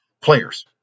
players